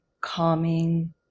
calming